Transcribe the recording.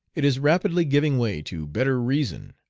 it is rapidly giving way to better reason,